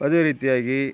ಅದೇ ರೀತಿಯಾಗಿ